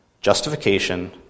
justification